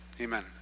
Amen